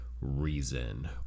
reason